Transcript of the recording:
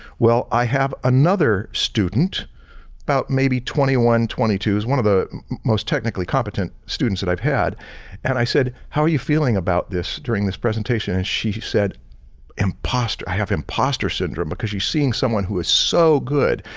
well, i have another student about maybe twenty one twenty two, he's one of the most technically competent students that i've had and i said how are you feeling about this during this presentation? and she said impostor i have impostor syndrome because she's seeing someone who is so good.